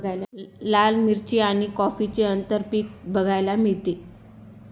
लाल मिरची आणि कॉफीचे आंतरपीक बघायला मिळते